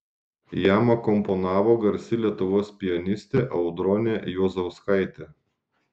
jam akompanavo garsi lietuvos pianistė audronė juozauskaitė